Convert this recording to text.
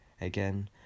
again